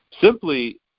Simply